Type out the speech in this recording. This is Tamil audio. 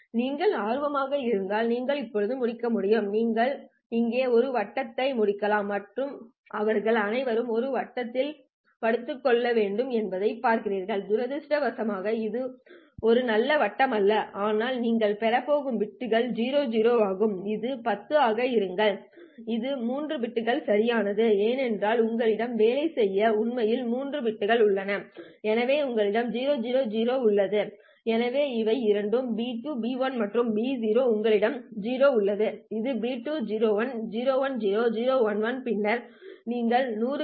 நீங்கள் ஆர்வமாக இருந்தால் நீங்கள் இப்போது முடிக்க முடியும் நீங்கள் இங்கே ஒரு வட்டத்தை முடிக்கலாம் மற்றும் அவர்கள் அனைவரும் ஒரு வட்டத்தில் படுத்துக் கொள்ள வேண்டும் என்பதைப் பார்க்கவும் துரதிர்ஷ்டவசமாக இது ஒரு நல்ல வட்டம் அல்ல ஆனால் நீங்கள் பெறப் போகும் பிட்கள் 00 ஆகும் இது 10 ஆக இருங்கள் இது மூன்று பிட்கள் சரியானது ஏனென்றால் உங்களிடம் வேலை செய்ய உண்மையில் மூன்று பிட்கள் உள்ளன எனவே உங்களிடம் 000 உள்ளது எனவே இவை இரண்டும் பி 2 பி 1 மற்றும் பி 0 உங்களிடம் 0 உள்ளன இது பி 2 01 010 011 பின்னர் நீங்கள் 100 பெறுவீர்கள் 101110 மற்றும் 111